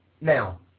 Now